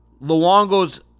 Luongo's